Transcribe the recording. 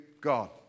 God